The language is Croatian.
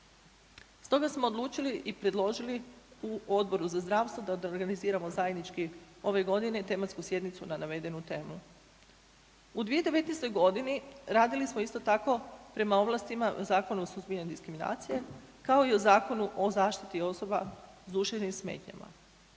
Stoga smo odlučili i predložili u Odboru za zakonodavstvo da organiziramo zajednički ove godine tematsku sjednicu na navedenu temu. U 2019. g. radili smo, isto tako prema ovlastima Zakona o suzbijanju diskriminacije, kao i u Zakonu osoba s duševnim smetnjama.